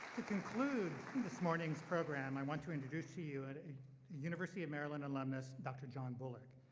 conclude this morning's program, i want to introduce to you and a university of maryland alumnus, dr. john bullock.